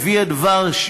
יביא הדבר,